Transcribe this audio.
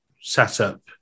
setup